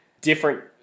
different